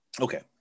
Okay